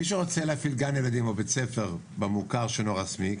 מי שרוצה להפעיל גן ילדים או בית ספר במוכר שאינו רשמי,